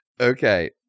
Okay